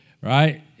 right